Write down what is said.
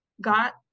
got